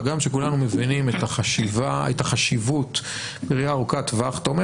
הגם שכולנו מבינים את החשיבות בראייה ארוכת טווח אתה אומר